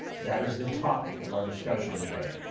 that is the topic of our discussion today.